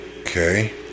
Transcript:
Okay